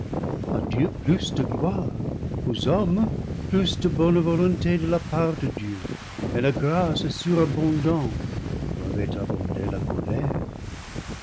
dieu plus de gloire aux hommes plus de bonne volonté de la part de dieu et la grâce surabondant où avait abondé la colère